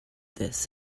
this